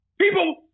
People